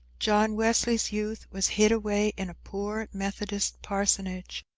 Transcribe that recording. john wesley's youth was hid away in a poor methodist parsonage.